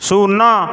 ଶୂନ